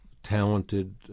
talented